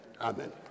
Amen